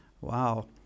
Wow